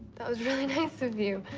that was really nice of you.